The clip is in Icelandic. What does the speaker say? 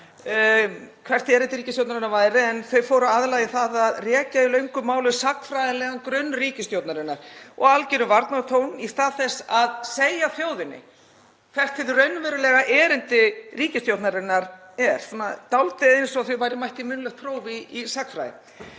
hvert erindi ríkisstjórnarinnar væri en þau fóru aðallega að rekja í löngu máli sagnfræðilegan grunn ríkisstjórnarinnar, í algjörum varnartón í stað þess að segja þjóðinni hvert hið raunverulega erindi ríkisstjórnarinnar er, svona dálítið eins og þau væru mætt í munnlegt próf í sagnfræði.